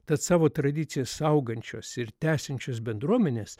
tad savo tradicijas saugančios ir tęsiančios bendruomenės